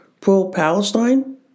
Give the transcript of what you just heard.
pro-Palestine